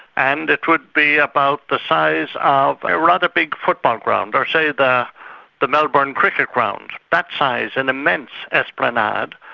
and it would be about the size of a rather big football ground, or say the the melbourne cricket ground, that size, an immense esplanade.